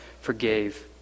forgave